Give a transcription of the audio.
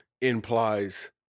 implies